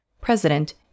president